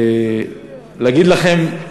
ולהגיד לכם,